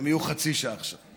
הן יהיו חצי שעה עכשיו.